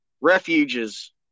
refuges